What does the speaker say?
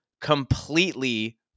completely